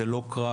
זה לא קרב,